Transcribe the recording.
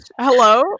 Hello